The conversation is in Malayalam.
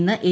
ഇന്ന് എ